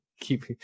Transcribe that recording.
keep